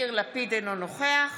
אינו נוכח